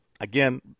again